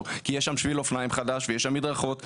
כי יש שם שביל אופניים חדש ויש שם מדרכות,